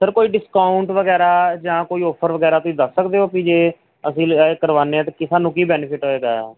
ਫਿਰ ਕੋਈ ਡਿਸਕਾਊਂਟ ਵਗੈਰਾ ਜਾਂ ਕੋਈ ਆਫਰ ਵਗੈਰਾ ਤੁਸੀਂ ਦੱਸ ਸਕਦੇ ਹੋ ਵੀ ਜੇ ਅਸੀਂ ਲ ਕਰਵਾਉਂਦੇ ਆ ਤਾਂ ਕੀ ਸਾਨੂੰ ਕੀ ਬੈਨੀਫਿਟ ਹੋਏਗਾ